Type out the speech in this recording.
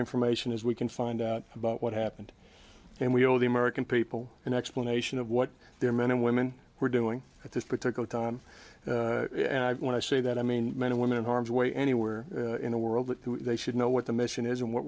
information as we can find about what happened and we owe the american people an explanation of what their men and women were doing at this particular time when i say that i mean men and women in harm's way anywhere in the world that they should know what the mission is and what